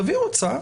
תביאו הצעה.